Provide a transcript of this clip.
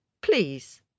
Please